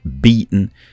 Beaten